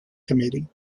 committee